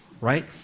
right